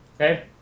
Okay